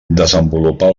desenvolupar